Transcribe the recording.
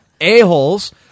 A-holes